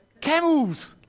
Camels